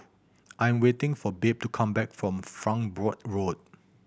I am waiting for Babe to come back from Farnborough Road